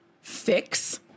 fix